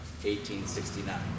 1869